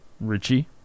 Richie